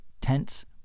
tense